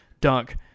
dunk